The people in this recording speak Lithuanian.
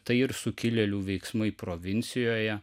tai ir sukilėlių veiksmai provincijoje